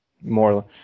more